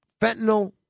fentanyl